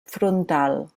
frontal